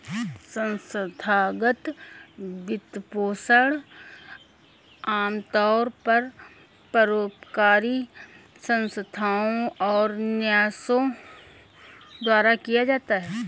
संस्थागत वित्तपोषण आमतौर पर परोपकारी संस्थाओ और न्यासों द्वारा दिया जाता है